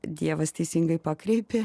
dievas teisingai pakreipė